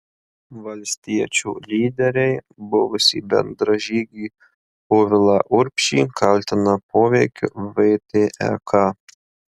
valstiečių lyderiai buvusį bendražygį povilą urbšį kaltina poveikiu vtek